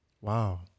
Wow